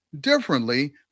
differently